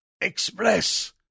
Express